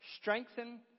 Strengthen